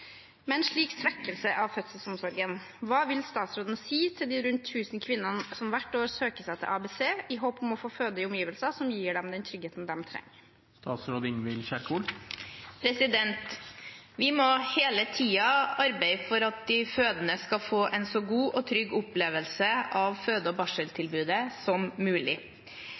Med en slik svekkelse av fødselsomsorgen, hva vil statsråden si til de rundt 1 000 kvinnene som hvert år søker seg til ABC-enheten i håp om å få føde i omgivelser som gir dem den tryggheten de trenger?» Vi må hele tiden arbeide for at de fødende skal få en så god og trygg opplevelse av føde- og barseltilbudet som mulig.